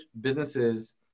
businesses